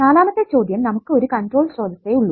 നാലാമത്തെ ചോദ്യം നമുക്ക് ഒരു കൺട്രോൾ സ്രോതസ്സേ ഉള്ളു